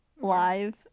live